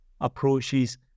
approaches